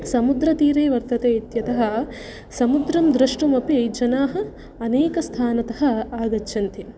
समुद्रतीरे वर्तते इत्यतः समुद्रं द्रष्टुमपि जनाः अनेकस्थानतः आगच्छन्ति